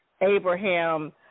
Abraham